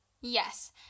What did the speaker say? Yes